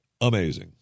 Amazing